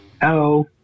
Hello